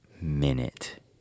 minute